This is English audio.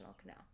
canal